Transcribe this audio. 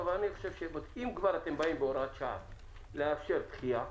אם אתם כבר באים בהוראת שעה לאפשר דחייה,